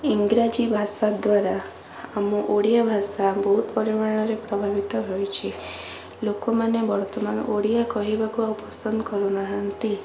ଇଂରାଜୀ ଭାଷା ଦ୍ବାରା ଆମ ଓଡ଼ିଆ ଭାଷା ବହୁତ ପରିମାଣରେ ପ୍ରଭାବିତ ହୋଇଛି ଲୋକମାନେ ବର୍ତ୍ତମାନ ଓଡ଼ିଆ କହିବାକୁ ଆଉ ପସନ୍ଦ କରୁନାହାନ୍ତି